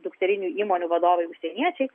dukterinių įmonių vadovai užsieniečiai